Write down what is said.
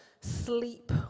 sleep